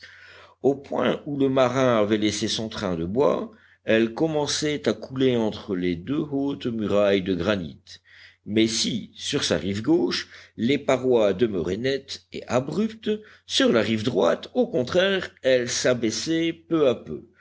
au point où le marin avait laissé son train de bois elle commençait à couler entre les deux hautes murailles de granit mais si sur sa rive gauche les parois demeuraient nettes et abruptes sur la rive droite au contraire elles s'abaissaient peu à peu